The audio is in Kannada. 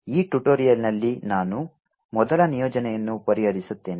ಈ ಟ್ಯುಟೋರಿಯಲ್ ನಲ್ಲಿ ನಾನು ಮೊದಲ ನಿಯೋಜನೆಯನ್ನು ಪರಿಹರಿಸುತ್ತೇನೆ